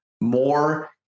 more